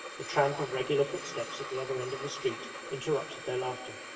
the tramp of regular footsteps at the other end of the street interrupted their laughter.